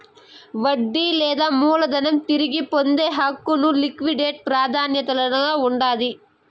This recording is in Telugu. వడ్డీ లేదా మూలధనం తిరిగి పొందే హక్కు లిక్విడేట్ ప్రాదాన్యతల్ల ఉండాది